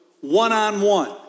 one-on-one